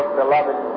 beloved